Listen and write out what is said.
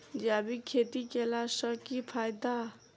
जैविक खेती केला सऽ की फायदा?